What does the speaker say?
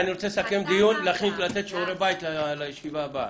אני רוצה לסכם את הדיון ולתת שיעורי בית לישיבה הבאה.